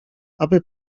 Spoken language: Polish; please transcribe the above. aby